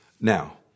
Now